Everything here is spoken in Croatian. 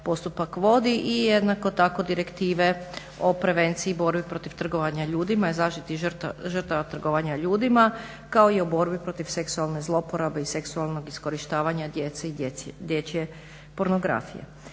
postupak vodi i jednako tako direktive o prevenciji i borbi protiv trgovanja ljudima i zaštiti žrtava trgovanja ljudima kao i o borbi protiv seksualne zloporabe i seksualnog iskorištavanja djece i dječje pornografije.